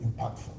impactful